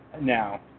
Now